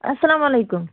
اَسلامُ علیکُم